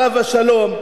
עליו השלום,